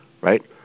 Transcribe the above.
right